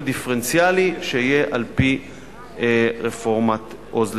דיפרנציאלי שיהיה על-פי רפורמת "עוז לתמורה".